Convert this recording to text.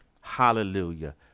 hallelujah